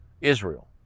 Israel